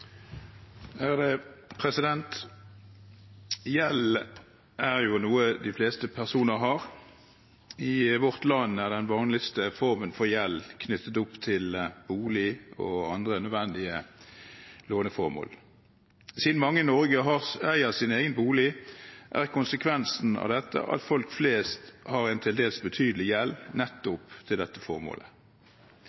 den vanligste formen for gjeld knyttet til bolig og andre nødvendige låneformål. Siden mange i Norge eier sin egen bolig, er konsekvensen av dette at folk flest har til dels betydelig gjeld